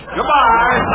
Goodbye